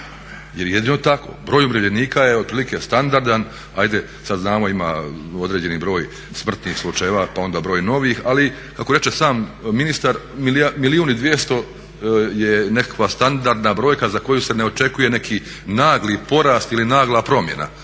jer jedino tako broj umirovljenika je otprilike standardan, ajde sad znamo ima određeni broj smrtnih slučajeva pa onda broj novih, ali kako reče sam ministar 1 milijun i 200 je nekakva standardna brojka za koju se ne očekuje neki nagli porast ili nagla promjena.